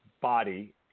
body